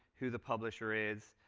who the publisher is,